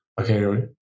Okay